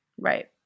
Right